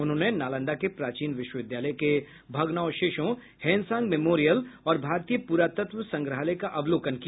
उन्होंने नालंदा के प्राचीन विश्वविद्यालय के भग्नावशेषों हवेनसांग मेमोरियल और भारतीय पुरातत्व संग्रहालय का अवलोकन किया